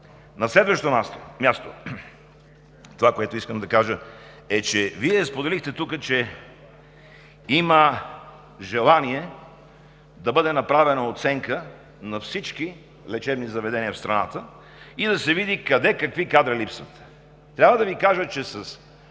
На следващо място. Това, което искам да кажа, е: споделихте, че има желание да бъде направена оценка на всички лечебни заведения в страната и да се види къде какви кадри липсват. Трябва да Ви кажа, че с